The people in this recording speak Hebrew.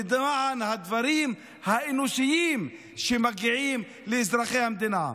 למען הדברים האנושיים שמגיעים לאזרחי המדינה.